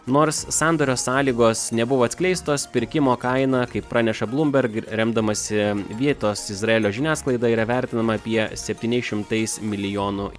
nors sandorio sąlygos nebuvo atskleistos pirkimo kaina kaip praneša bloomberg remdamasi vietos izraelio žiniasklaida yra vertinama apie septyniais šimtais milijonų